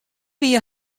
wie